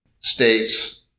states